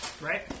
Right